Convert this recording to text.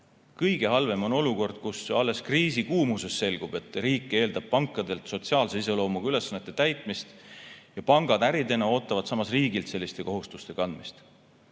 Kõige halvem on olukord, kus alles kriisi kuumuses selgub, et riik eeldab pankadelt sotsiaalse iseloomuga ülesannete täitmist ja pangad äridena ootavad samas riigilt selliste kohustuste kandmist.